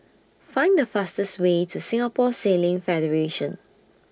Find The fastest Way to Singapore Sailing Federation